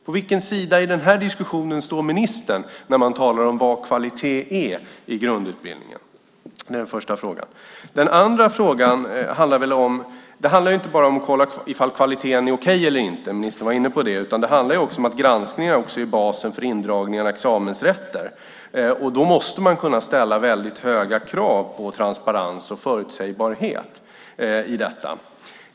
På vilken sida i denna diskussion står ministern när man talar om vad kvalitet är i grundutbildningen? Det handlar inte bara om att kolla om kvaliteten är okej eller inte. Det handlar också om att granskningar är basen för indragning av examensrätter. Då måste man kunna ställa höga krav på transparens och förutsägbarhet i detta.